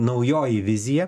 naujoji vizija